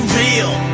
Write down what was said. real